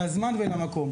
לזמן ולמקום.